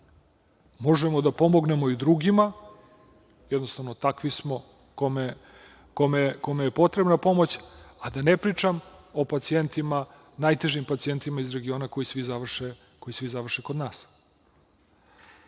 možemo da pomognemo i drugima, jednostavno, takvi smo, kome je potrebna pomoć, a da ne pričam o pacijentima, najtežim pacijentima iz regiona koji završe kod